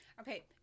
Okay